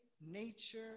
nature